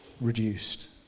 reduced